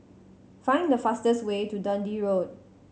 find the fastest way to Dundee Road